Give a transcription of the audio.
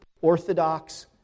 Orthodox